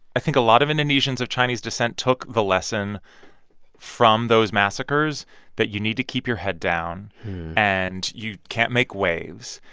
i think a lot of indonesians of chinese descent took the lesson from those massacres that you need to keep your head down and you can't make waves.